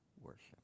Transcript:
worship